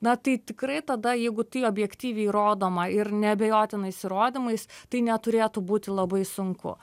na tai tikrai tada jeigu tai objektyviai įrodoma ir neabejotinais įrodymais tai neturėtų būti labai sunku